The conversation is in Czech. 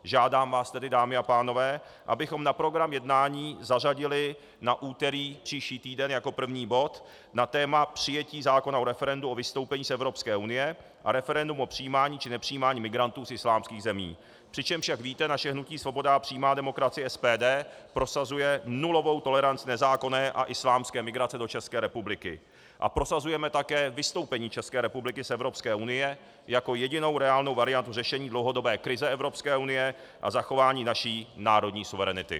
Žádám vás tedy, dámy a pánové, abychom na program jednání zařadili na úterý příští týden jako první bod na téma přijetí zákona o referendu o vystoupení z Evropské unie a referendum o přijímání či nepřijímání migrantů z islámských zemí, přičemž jak víte naše hnutí Svoboda a přímá demokracie SPD prosazuje nulovou toleranci nezákonné a islámské migrace do České republiky, a prosazujeme také vystoupení České republiky z Evropské unie jako jedinou reálnou variantu řešení dlouhodobé krize Evropské unie a zachování naší národní suverenity.